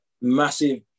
Massive